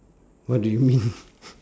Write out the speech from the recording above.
what do you mean